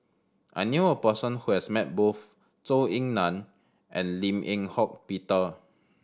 I knew a person who has met both Zhou Ying Nan and Lim Eng Hock Peter